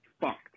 Fucked